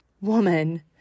woman